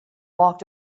walked